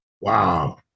Wow